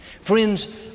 Friends